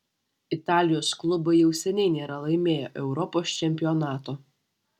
italijos klubai jau seniai nėra laimėję europos čempionato